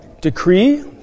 decree